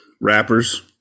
Rappers